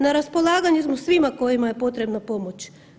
Na raspolaganju smo svima kojima je potrebna pomoć.